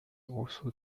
also